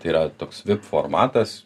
yra toks vip formatas